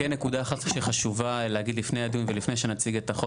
כן נקודה אחת שחשובה להגיד לפני הדיון ולפני שנציג את החוק